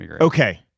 Okay